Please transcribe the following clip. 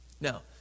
Now